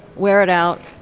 wear it out,